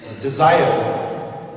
desire